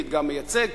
מדגם מייצג,